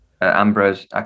Ambrose